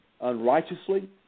unrighteously